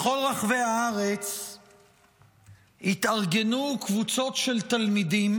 בכל רחבי הארץ התארגנו קבוצות של תלמידים,